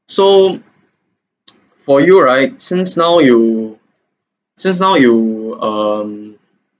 so for you right since now you just now you um